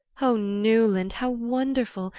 oh newland, how wonderful!